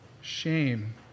shame